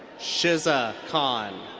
shiza khan.